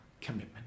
commitment